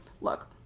Look